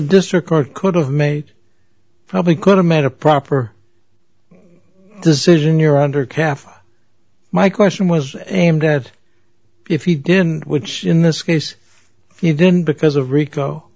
district court could have made probably could have made a proper decision you're under calf my question was aimed at if he didn't which in this case you didn't because of rico